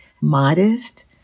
modest